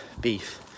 beef